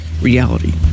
reality